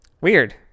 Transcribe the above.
Weird